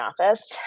office